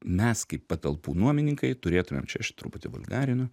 mes kaip patalpų nuomininkai turėtumėm čia aš truputį vulgarinu